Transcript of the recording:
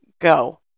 go